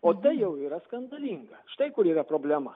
o tai jau yra skandalinga štai kur yra problema